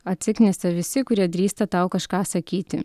atsiknisa visi kurie drįsta tau kažką sakyti